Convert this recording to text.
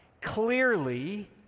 clearly